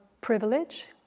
privilege